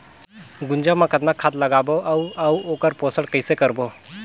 गुनजा मा कतना खाद लगाबो अउ आऊ ओकर पोषण कइसे करबो?